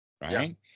Right